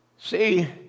see